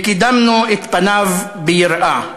וקידמנו את פניו ביראה.